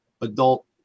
adult